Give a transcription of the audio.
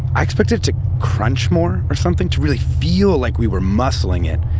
i expect it to crunch more or something, to really feel like we were muscling it,